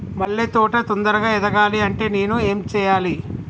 మల్లె తోట తొందరగా ఎదగాలి అంటే నేను ఏం చేయాలి?